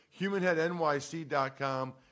Humanheadnyc.com